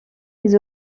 les